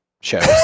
shows